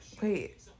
wait